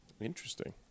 Interesting